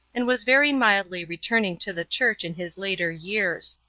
and was very mildly returning to the church in his later years.